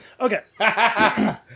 Okay